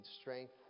strength